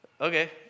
Okay